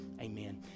Amen